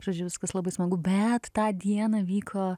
žodžiu viskas labai smagu bet tą dieną vyko